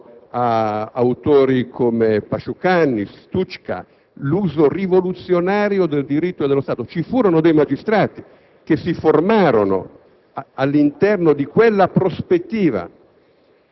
di Magistratura democratica nei quali si teorizzava l'uso rivoluzionario del diritto e dello Stato. Ci sono libri su questo tema che lei probabilmente avrà letto